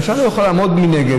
הממשלה לא יכולה לעמוד מנגד,